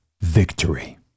victory